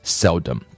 seldom